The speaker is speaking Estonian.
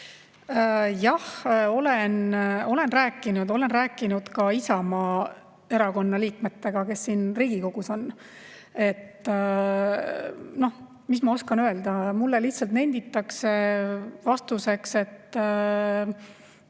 Olen rääkinud ka Isamaa liikmetega, kes siin Riigikogus on. No mis ma oskan öelda? Mulle lihtsalt nenditakse vastuseks, et